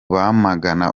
bamagana